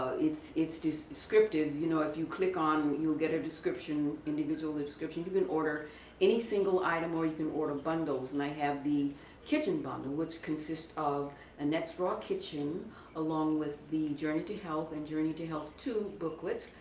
it's it's descriptive. you know if you click on you'll get a description, individual description. you can order any single item or you can order bundles and i have the kitchen bundle which consists of annette's raw kitchen along with the journey to health and journey to health two booklets.